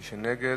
מי נגד?